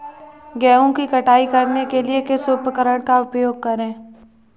गेहूँ की कटाई करने के लिए किस उपकरण का उपयोग करें?